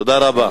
תודה רבה.